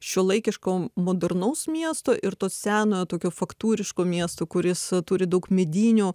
šiuolaikiško modernaus miesto ir to senojo tokio faktūriško miesto kuris turi daug medinių